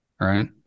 right